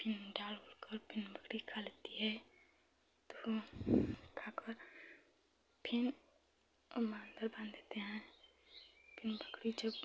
फिर डाल उल कर फिर रोटी खा लेती है तो खाकर फिर बाँध देते हैं बकरी जब